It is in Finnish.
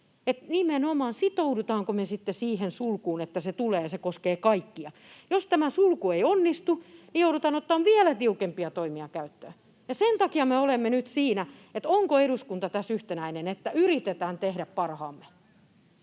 nimenomaan se, sitoudutaanko me sitten siihen sulkuun, että se tulee ja se koskee kaikkia. Jos tämä sulku ei onnistu, niin joudutaan ottamaan vielä tiukempia toimia käyttöön. Sen takia me olemme nyt siinä, onko eduskunta tässä yhtenäinen, että yritetään tehdä parhaamme.